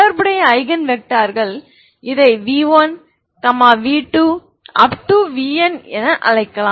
தொடர்புடைய ஐகன் வெக்டார்கள் இதை v1 v2 vn என அழைக்கலாம்